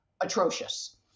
atrocious